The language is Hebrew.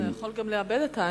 אתה יכול גם לאבד את העין.